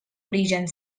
origen